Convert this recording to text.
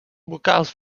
vocals